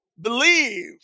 believe